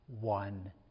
one